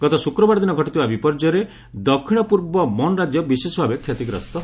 ଗତ ଶ୍ରକ୍ରବାର ଦିନ ଘଟିଥିବା ବିପର୍ଯ୍ୟୟରେ ଦକ୍ଷିଣ ପୂର୍ବ ମନ୍ ରାଜ୍ୟ ବିଶେଷଭାବେ କ୍ଷତିଗସ୍ତ ହୋଇଛି